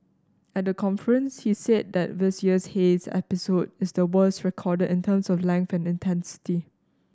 at the conference he said that this year's haze episode is the worst recorded in terms of length and intensity